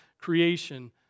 creation